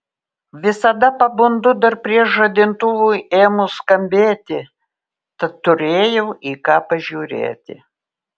visada pabundu dar prieš žadintuvui ėmus skambėti tad turėjau į ką pažiūrėti